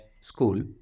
school